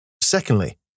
Secondly